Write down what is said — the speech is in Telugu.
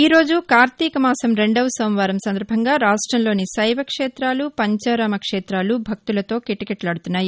ఈరోజు కార్తీక మాసం రెండవ సోమవారం సందర్భంగా రాష్టంలోని శైవక్షేతాలు పంచారామ క్షేతాలు భక్తులతో కిటకీటలాడుతున్నాయి